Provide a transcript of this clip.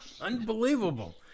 unbelievable